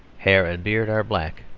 hair and beard are black.